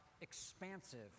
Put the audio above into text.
expansive